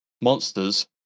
monsters